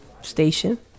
station